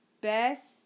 Best